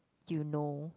you know